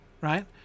right